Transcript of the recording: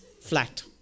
flat